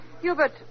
Hubert